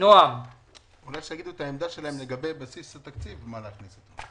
אולי שיגידו את העמדה שלהם לגבי בסיס התקציב מול הכנסת.